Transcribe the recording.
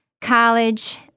college